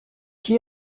qui